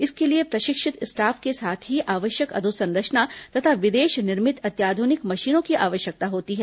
इसके लिए प्रशिक्षित स्टॉफ के साथ ही आवश्यक अधोसंरचना तथा विदेश निर्मित अत्याधुनिक मशीनों की आवश्यकता होती है